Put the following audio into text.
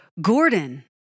Gordon